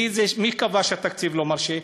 מי קבע שהתקציב לא מרשה?